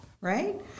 right